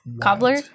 cobbler